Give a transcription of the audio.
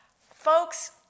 Folks